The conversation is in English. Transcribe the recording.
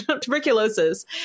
tuberculosis